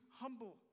humble